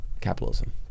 Capitalism